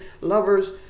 lovers